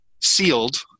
sealed